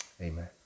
Amen